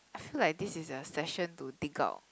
I feel like this is a session to dig out